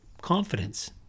confidence